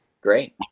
Great